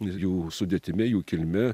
ir jų sudėtimi jų kilme